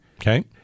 Okay